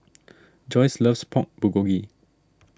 Joyce loves Pork Bulgogi